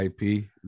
IP